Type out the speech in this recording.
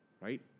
right